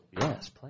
Yes